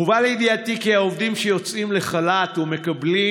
הובא לידיעתי כי העובדים שיוצאים לחל"ת ומקבלים